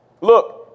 Look